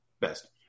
best